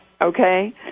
Okay